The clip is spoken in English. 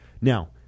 Now